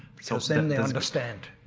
so so then they understand.